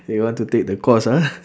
they want to take the course ah